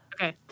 Okay